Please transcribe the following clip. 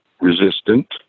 resistant